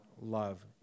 love